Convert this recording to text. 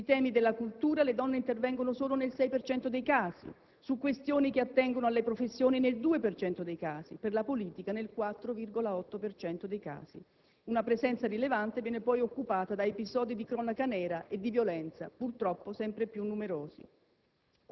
sui temi della cultura le donne intervengono solo nel 6 per cento dei casi; su questioni che attengono alle professioni nel 2 per cento dei casi, per la politica nel 4,8 per cento dei casi. Una presenza rilevante viene poi occupata da episodi di cronaca nera e di violenza, purtroppo sempre più numerosi.